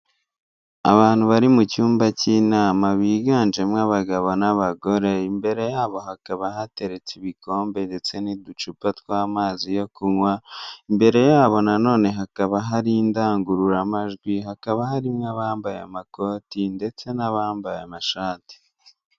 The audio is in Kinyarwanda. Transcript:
Abantu bari mu cyumba K'inama biganjemo abagabo n'abagore imbere yabo hakaba hateretse ibikombe ndetse n'uducupa tw'amazi yo kunywa, imbere yabo nanone hakaba hari indangururamajwi hakaba harimo abambaye amakoti ndetse n'abambaye amashati.